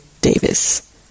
Davis